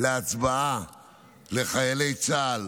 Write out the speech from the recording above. להצבעה לחיילי צה"ל